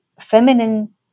feminine